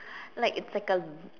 like it's like a